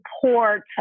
support